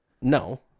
No